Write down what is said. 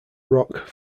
rock